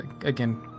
again